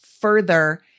further